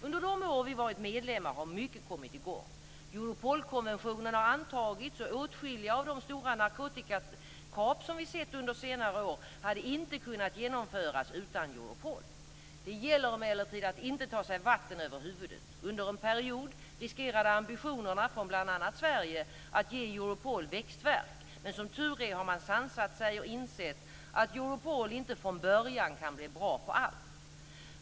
Under de år vi varit medlemmar har mycket kommit i gång. Europolkonventionen har antagits, och åtskilliga av de stora narkotikakap som vi sett under senare år hade inte kunnat genomföras utan Europol. Det gäller emellertid att inte ta sig vatten över huvudet. Under en period riskerade ambitionerna från bl.a. Sverige att ge Europol växtvärk men som tur är har man sansat sig och insett att Europol inte från början kan bli bra på allt.